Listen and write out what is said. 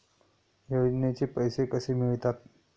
योजनेचे पैसे कसे मिळतात?